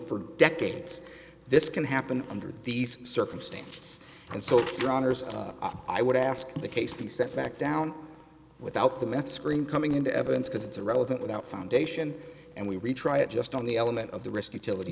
for decades this can happen under these circumstances and so bronner's i would ask the case be sent back down without the mets screen coming into evidence because it's relevant without foundation and we retry it just on the element of the risk utility